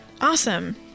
Awesome